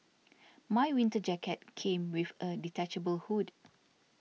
my winter jacket came with a detachable hood